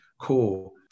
cool